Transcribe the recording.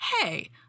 hey